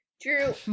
Drew